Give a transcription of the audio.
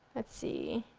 let see.